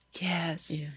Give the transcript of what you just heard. Yes